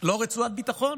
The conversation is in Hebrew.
לא רצועת ביטחון